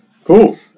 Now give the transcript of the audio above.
Cool